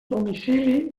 domicili